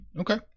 Okay